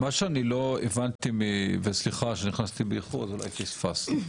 מה שאני לא הבנתי וסליחה שנכנסתי באיחור אז אולי פספסתי,